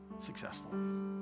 successful